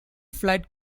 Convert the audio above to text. flood